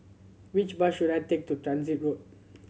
which bus should I take to Transit Road